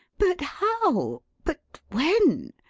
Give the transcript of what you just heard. but how? but when?